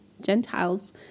Gentiles